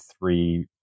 three